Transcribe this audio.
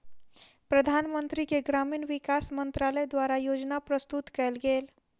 प्रधानमंत्री के ग्रामीण विकास मंत्रालय द्वारा योजना प्रस्तुत कएल गेल